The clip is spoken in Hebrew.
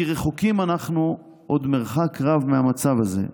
כי רחוקים אנחנו עוד מרחק רב מהמצב הלזה,